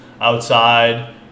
outside